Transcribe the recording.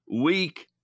weak